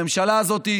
הממשלה הזאת,